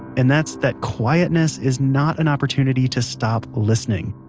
and that's that quietness is not an opportunity to stop listening.